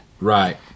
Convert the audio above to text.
Right